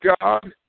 God